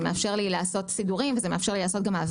זה מאפשר לי לעשות סידורים וגם מעברים.